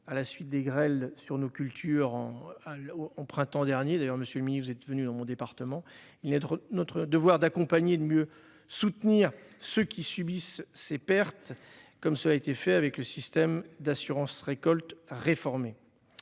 à la suite des grêles sur nos cultures en à, au, au printemps dernier d'ailleurs, Monsieur le Ministre, vous êtes venu dans mon département, il est de notre devoir d'accompagner de mieux soutenir ceux qui subissent ces pertes comme cela a été fait avec le système d'assurance-récolte réformer.